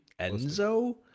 Enzo